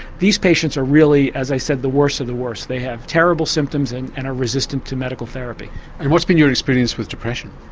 these patients are really as i said the worst of the worst, they have terrible symptoms and and are resistant to medical therapy. and what's been your experience with depression?